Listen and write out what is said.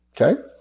Okay